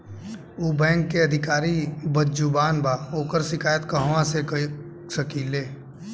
उ बैंक के अधिकारी बद्जुबान बा ओकर शिकायत कहवाँ कर सकी ले